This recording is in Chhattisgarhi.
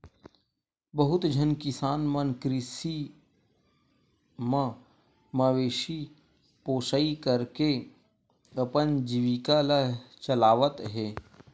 बहुत झन किसान मन कृषि म मवेशी पोसई करके अपन जीविका ल चलावत हे